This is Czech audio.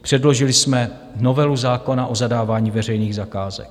Předložili jsme novelu zákona o zadávání veřejných zakázek.